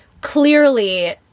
clearly